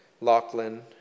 Lachlan